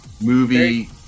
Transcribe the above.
Movie